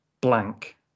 blank